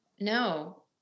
no